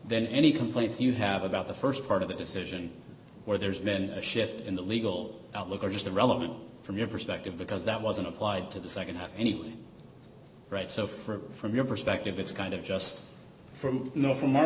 then any complaints you have about the st part of the decision where there's been a shift in the legal outlook or just the relevant from your perspective because that wasn't applied to the nd at any rate so for from your perspective it's kind of just from you know from our